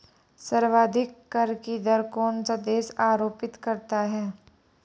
सर्वाधिक कर की दर कौन सा देश आरोपित करता है?